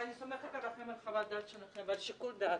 ואני סומכת על חוות הדעת שלכם ועל שיקול דעת.